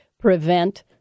prevent